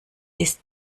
ist